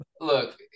Look